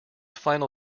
final